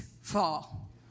fall